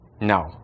no